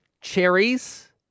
Cherries